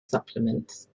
supplements